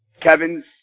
Kevin's